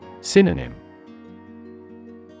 Synonym